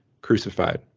crucified